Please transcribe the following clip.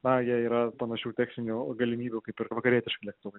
na jie yra panašių techninių galimybių kaip ir vakarietiški lėktuvai